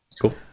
Cool